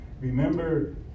Remember